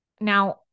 Now